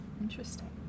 Interesting